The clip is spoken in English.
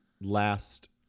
last